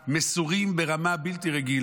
מסורים ברמה בלתי רגילה.